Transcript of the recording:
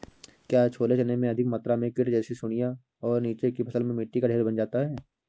क्या छोले चने में अधिक मात्रा में कीट जैसी सुड़ियां और नीचे की फसल में मिट्टी का ढेर बन जाता है?